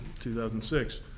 2006